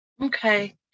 Okay